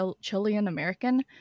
Chilean-American